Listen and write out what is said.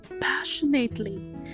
passionately